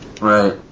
Right